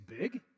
big